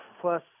plus